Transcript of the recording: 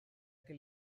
que